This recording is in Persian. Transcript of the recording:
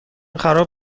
خراب